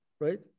right